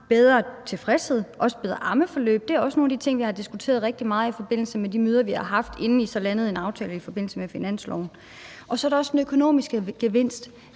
bedre tilfredshed og også bedre ammeforløb. Det er også nogle af de ting, vi har diskuteret rigtig meget i forbindelse med de møder, vi har haft, inden I så landede en aftale i forbindelse med finansloven. Så er der også den økonomiske gevinst.